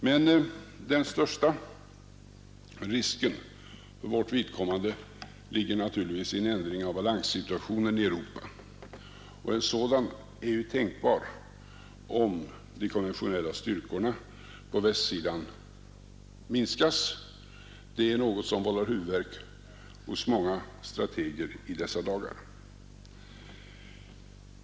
Men den största risken för vårt vidkommande ligger naturligtvis i en ändring av balanssituationen i Europa, och en sådan är ju tänkbar om de konventionella styrkorna på västsidan minskas. Det är något som vållar huvudvärk hos många strateger i dessa dagar.